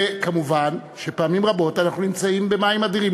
וכמובן, פעמים רבות אנחנו נמצאים במים אדירים.